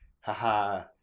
haha